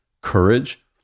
courage